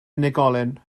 unigolyn